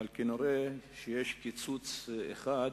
אבל כנראה יש קיצוץ אחד